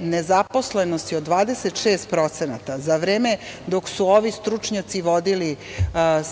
nezaposlenosti od 26%, za vreme dok su ovi stručnjaci vodili